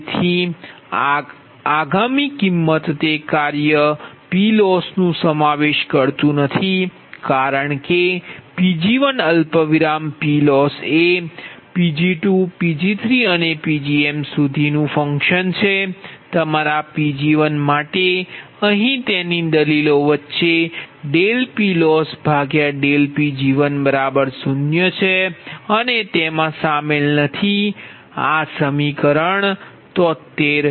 તેથી આગામી તબક્કામાં તે કાર્ય PLossનુ સમાવેશ કરતું નથી કારણ કે Pg1 PLoss એ Pg2 Pg3 અને Pgm સુધી કાર્ય છે તમારા Pg1 માટે અહીં તેની દલીલો વચ્ચે PLossPg10 છે અને તેમાં શામેલ નથી આ સમીકરણ 73 છે